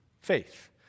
faith